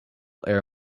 air